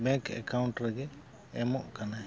bank account ᱨᱮᱜᱮ ᱮᱢᱚᱜ ᱠᱟᱱᱟᱭ